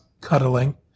cuddling